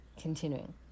Continuing